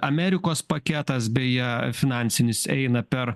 amerikos paketas beje finansinis eina per